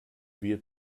wir